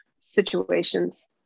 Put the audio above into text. situations